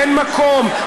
אין מקום,